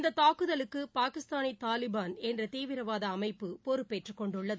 இந்ததாக்குதலுக்குபாகிஸ்தானிதாலிபான் என்றதீவிரவாதஅமைப்பு பொறுப்பேற்றுக் கொண்டுள்ளது